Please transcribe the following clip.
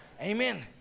Amen